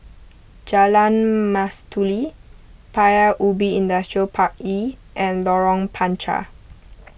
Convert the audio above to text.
Jalan Mastuli Paya Ubi Industrial Park E and Lorong Panchar